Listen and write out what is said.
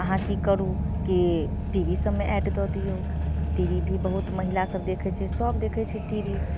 अहाँ की करू कि टी वी सबमे एड दऽ दिऔ टी वी भी बहुत महिलासब देखै छै सब देखै छै टी वी